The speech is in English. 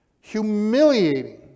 humiliating